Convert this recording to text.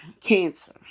cancer